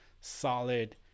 solid